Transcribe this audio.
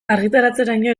argitaratzeraino